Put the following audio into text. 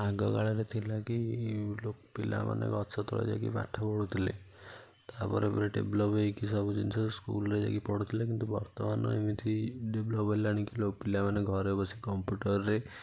ଆଗ କାଳରେ ଥିଲା କି ଲୋ ପିଲାମାନେ ଗଛ ତଳେ ଯାଇକି ପାଠ ପଢ଼ୁଥିଲେ ତା ପରେ ପରେ ଡେଭଲପ ହେଇକି ସବୁ ଜିନିଷ ସ୍କୁଲରେ ଯାଇକି ପଢ଼ୁଥିଲେ କିନ୍ତୁ ବର୍ତ୍ତମାନ ଏମିତି ଡେଭଲପ ହେଲାଣି କି ପିଲାମାନେ ଘରେ ବସି କମ୍ପୁଟର ରେ